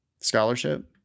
scholarship